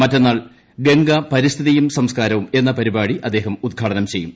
മറ്റന്നാൾ ഗംഗാ പരിസ്ഥിതിയും സംസ്കാരവും എന്ന പരിപാടി അദ്ദേഹം ഉദ്ഘാടനം ചെയ്യും